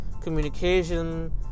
communication